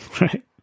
Right